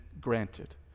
granted